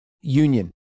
union